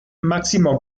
máximo